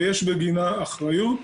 ויש בגינה אחריות.